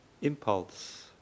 impulse